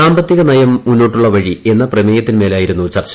സാമ്പത്തിക നയം മുന്നോട്ടുള്ള വഴി എന്ന പ്രമേയത്തിന്മേലായിരുന്നു ചർച്ച